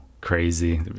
crazy